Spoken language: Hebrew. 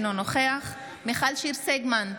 אינו נוכח מיכל שיר סגמן,